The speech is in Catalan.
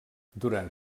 durant